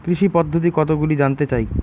কৃষি পদ্ধতি কতগুলি জানতে চাই?